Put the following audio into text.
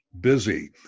busy